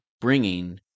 bringing